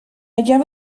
llave